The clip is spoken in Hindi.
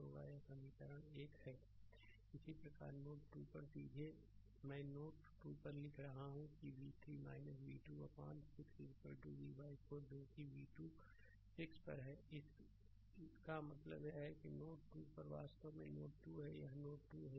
स्लाइड समय देखें 1322 इसी प्रकार नोड 2 पर सीधे मैं नोड 2 पर लिख रहा हूँ कि v3 v2 अपान 6 v 4 जो v2 6 पर है इसका मतलब यह है कि नोड 2 पर यह वास्तव में नोड 2 है यह नोड 2 है